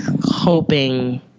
hoping